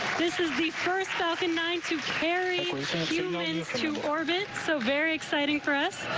this is the first time in nine to carry humans to orbit so very exciting for us.